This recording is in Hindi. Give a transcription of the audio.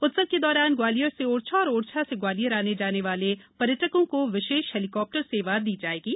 उत्सव के दौरान ग्वालियर से ओरछा और ओरछा से ग्वालियर आने जाने वाले पर्यटकों को विशेष हेलीकॉप्टर सेवा प्रदान की जाएंगी